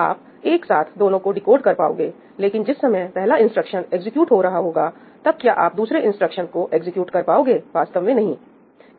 आप एक साथ दोनों को डीकोड कर पाओगे लेकिन जिस समय पहला इंस्ट्रक्शन एग्जीक्यूट हो रहा होगा तब क्या आप दूसरे इंस्ट्रक्शन को एग्जीक्यूट कर पाओगे वास्तव में नहीं